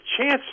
chance